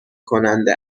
کننده